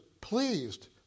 pleased